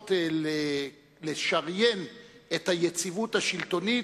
שבאות לשריין את היציבות השלטונית,